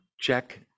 check